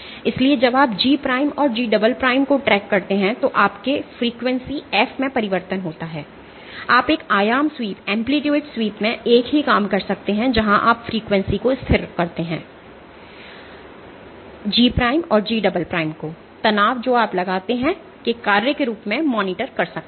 इसलिए जब आप G' और G"को ट्रैक करते हैं तो आपके फ़्रीक्वेंसी f में परिवर्तन होता है आप एक आयाम स्वीप में एक ही काम कर सकते हैं जहाँ आप फ़्रीक्वेंसी को स्थिर रखते हैं और आप G और G' को तनाव जो आप लगाते हैं के कार्य के रूप में मॉनिटर करते हैं